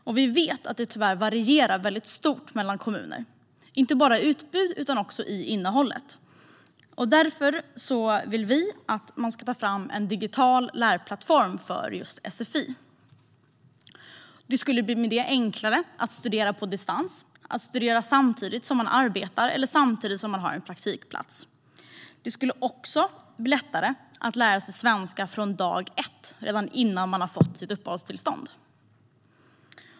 Vi vet att kvaliteten tyvärr varierar stort i olika kommuner. Det gäller inte bara utbudet utan också innehållet. Därför vill vi att man ska ta fram en digital lärplattform för sfi. Med en sådan skulle det bli enklare att studera på distans, att studera samtidigt som man arbetar eller samtidigt som man har en praktikplats. Det skulle också bli lättare att lära sig svenska från dag ett redan innan man har fått uppehållstånd.